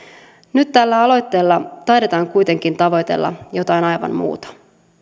nyt tällä aloitteella taidetaan kuitenkin tavoitella jotain aivan muuta